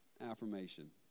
affirmation